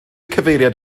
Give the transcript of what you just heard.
cyfeiriad